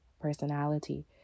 personality